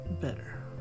better